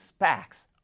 SPACs